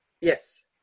yes